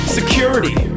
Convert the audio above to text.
security